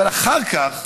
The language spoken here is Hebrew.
אבל אחר כך,